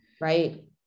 Right